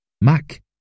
Mac